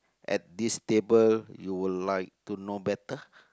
at this table you would like to know better